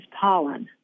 pollen